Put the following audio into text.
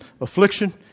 affliction